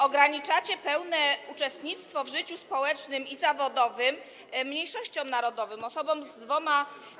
Ograniczacie pełne uczestnictwo w życiu społecznym i zawodowym mniejszościom narodowym, osobom z dwoma.